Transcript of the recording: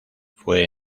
fue